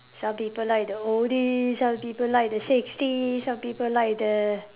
some people like the oldies some people like the sixties some people like the